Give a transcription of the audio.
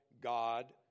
God